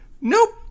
nope